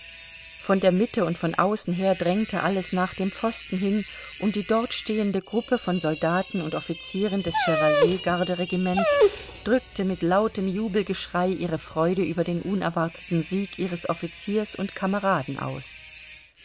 von der mitte und von außen her drängte alles nach dem pfosten hin und die dort stehende gruppe von soldaten und offizieren des chevalier garderegiments drückte mit lautem jubelgeschrei ihre freude über den unerwarteten sieg ihres offiziers und kameraden aus